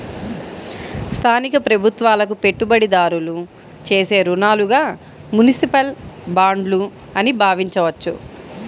స్థానిక ప్రభుత్వాలకు పెట్టుబడిదారులు చేసే రుణాలుగా మునిసిపల్ బాండ్లు అని భావించవచ్చు